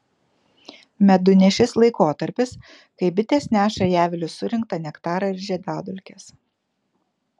medunešis laikotarpis kai bitės neša į avilius surinktą nektarą ir žiedadulkes